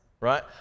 right